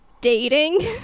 dating